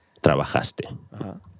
trabajaste